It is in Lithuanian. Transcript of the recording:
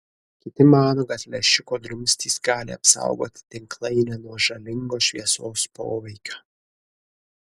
kiti mano kad lęšiuko drumstys gali apsaugoti tinklainę nuo žalingo šviesos poveikio